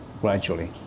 gradually